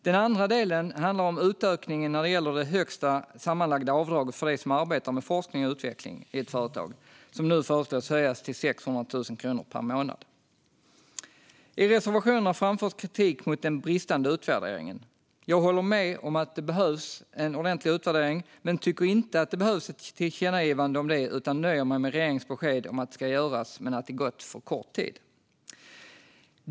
Den andra delen handlar om utökningen när det gäller det högsta sammanlagda avdraget för dem som arbetar med forskning och utveckling i ett företag, som nu föreslås höjas till 600 000 kronor per månad. I reservationerna framförs kritik mot den bristande utvärderingen. Jag håller med om att det behövs en ordentlig utvärdering, men jag tycker inte att det behövs ett tillkännagivande om det utan nöjer mig med regeringens besked om att det ska göras men att det gått för kort tid.